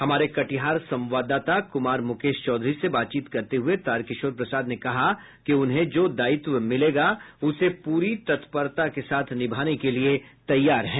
हमारे कटिहार संवाददाता कुमार मुकेश चौधरी से बातचीत करते हुये तारकिशोर प्रसाद ने कहा कि उन्हें जो दायित्व मिलेगा उसे प्ररी तत्परता के साथ निभाने के लिए तैयार है